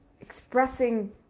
expressing